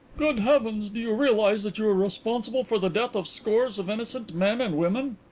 good heavens! do you realize that you are responsible for the death of scores of innocent men and women?